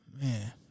man